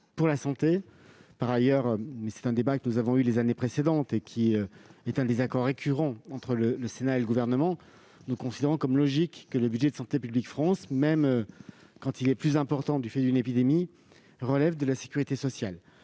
de la santé. Ce débat, que nous avons eu les années précédentes, met au jour des désaccords récurrents entre le Sénat et le Gouvernement. Nous considérons qu'il est logique que le budget de Santé publique France, même s'il est plus important du fait d'une épidémie, relève de la sécurité sociale.